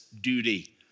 duty